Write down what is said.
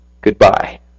goodbye